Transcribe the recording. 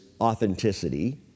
authenticity